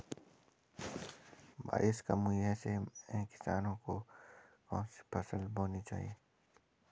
बारिश कम हुई है ऐसे में किसानों को कौन कौन सी फसलें बोनी चाहिए?